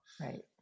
right